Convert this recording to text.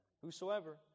Whosoever